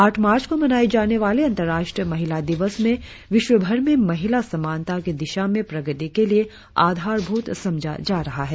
आठ मार्च को मनाई जाने वाली अंतर्राष्ट्रीय महिला दिवस में विश्वभर में महिला समानता की दिशा में प्रगति के लिए आधारभूत समझा जा रहा है